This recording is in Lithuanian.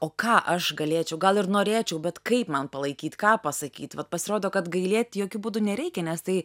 o ką aš galėčiau gal ir norėčiau bet kaip man palaikyt ką pasakyt vat pasirodo kad gailėt jokiu būdu nereikia nes tai